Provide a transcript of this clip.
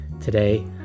today